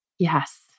Yes